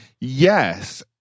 yes